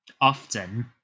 often